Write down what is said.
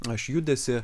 aš judesį